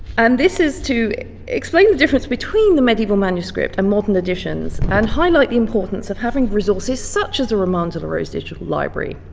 and this is to explain the difference between the medieval manuscript and modern editions and highlight the importance of having resources such as a roman de la rose digital library.